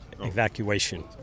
evacuation